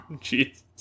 Jesus